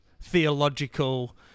theological